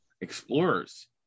explorers